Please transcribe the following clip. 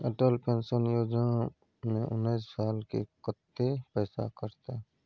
Atal pension Yojana में उनैस साल के कत्ते पैसा कटते?